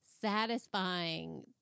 satisfying